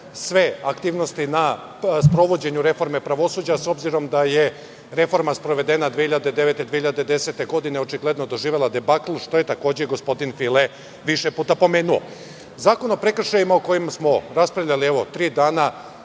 sve aktivnosti na sprovođenju reforme pravosuđa, s obzirom da je reforma sprovedena 2009-2010. godine očigledno doživela debakl, što je takođe gospodin File više puta pomenuo. Zakon o prekršajima o kojim smo raspravljali tri dana